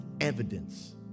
evidence